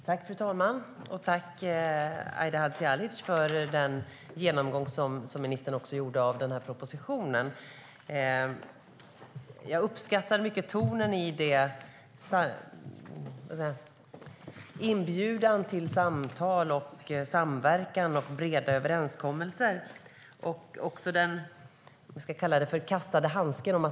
Fru talman! Tack, Aida Hadzialic, för den genomgång som ministern gjorde av propositionen. Jag uppskattar mycket tonen i inbjudan till samtal, samverkan och breda överenskommelser och också vad jag kallar den kastade handsken.